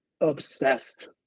obsessed